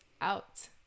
out